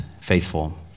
faithful